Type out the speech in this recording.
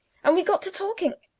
and we got to talking